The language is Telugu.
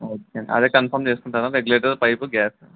ఓకే అదే కన్ఫర్మ్ చేసుకుంటాను రెగ్యూలేటర్ పైపు గ్యాస్